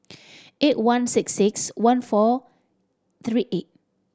eight one six six one four three eight